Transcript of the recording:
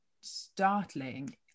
startling